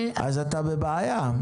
אז אתה בבעיה.